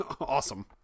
awesome